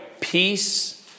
Peace